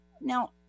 Now